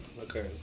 Okay